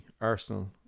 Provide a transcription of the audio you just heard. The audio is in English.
Arsenal